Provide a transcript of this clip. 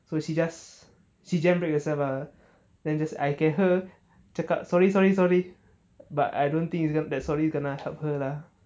so she just she jam break herself ah then just I hear dia cakap sorry sorry sorry but I don't think it's got that sorry you cannot help her lah